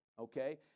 okay